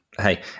hey